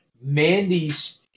Mandy's